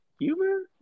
humor